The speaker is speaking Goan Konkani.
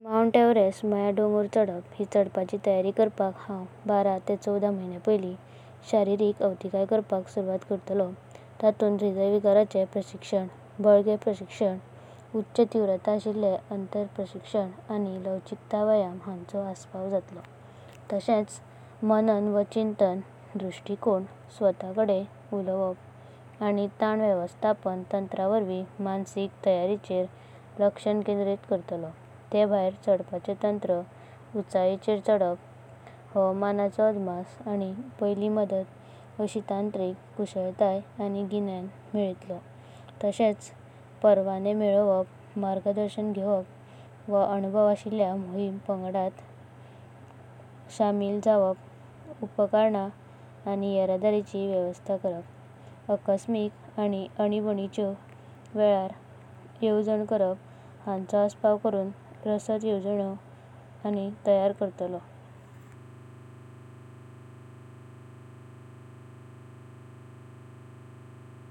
माऊंट एव्हरेस्ट महलयार डोंगर चडप। चडपाची तैयारी करपाका हांव बारह चौदह महायनांयां पैली शरीरिक आवथिकयांक सुरावता करतालो। तातुंत हृदयविकाराचें प्रशिक्षण। बालगें प्रशिक्षण, उच्चा तीव्रता असिल्लें अंतर प्रशिक्षण, आनी लवाचिकता व्यायाम हांचो असपाव जातलो। तशेंच माणण आनी चिंतन, धुरसटिकोन, स्वताकड़ें उलवप गेंवण। आनी त्याणाचें व्यवस्थापन तंत्रण वळविं मानसिक तैयारीचेर लख्स केंद्रित करतालो। ते भयार चडपाचे तंत्र, उंचायचेर चडप, हावामानाचो अदमस आनी पैली मजता। अशिं तांत्रिकं कुशलताय आनी ज्ञान मेलायतालों। तशेंच परवाणे मेलवप, मार्गदर्शक घेवप वा अणाभव अशिल्ल्या मोहिम पांगडांत समिल जावप। उपकरणां आनी येरादारिचें व्यवस्था करप। आकस्मिक आनी अणिबणिच्यो वेलार येवजणा करप हांचो असपाव करुना रसादा येवजणेंयो तैयारी करतालों।